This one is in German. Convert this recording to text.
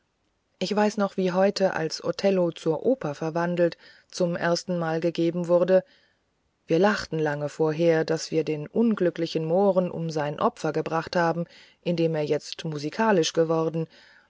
ich weiß noch wie heute als othello zur oper verwandelt zum erstenmal gegeben wurde wir lachten lange vorher daß wir den unglücklichen mohren um sein opfer gebracht haben indem er jetzt musikalisch geworden